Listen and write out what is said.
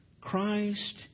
Christ